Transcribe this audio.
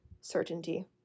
certainty